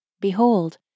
Behold